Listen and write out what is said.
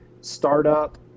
startup